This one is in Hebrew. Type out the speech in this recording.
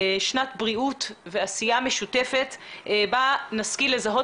שנת בריאות ועשייה משותפת בה נשכיל לזהות